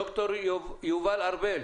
ד"ר יובל ארבל